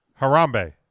Harambe